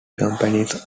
companies